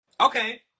okay